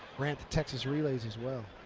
ran texas relays as well.